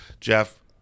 Jeff